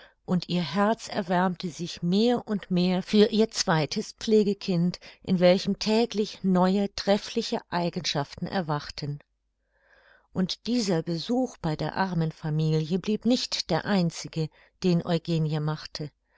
und ihr herz erwärmte sich mehr und mehr für ihr zweites pflegekind in welchem täglich neue treffliche eigenschaften erwachten und dieser besuch bei der armen familie blieb nicht der einzige den eugenie machte